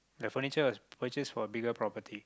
that furniture was purchased for a bigger property